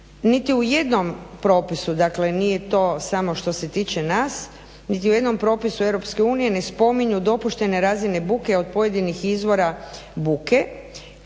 niti u jednom propisu, dakle nije to samo što se tiče nas, niti u jednom propisu Europske unije ne spominju dopuštene razine buke od pojedinih izvora buke